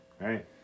Right